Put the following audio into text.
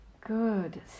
Good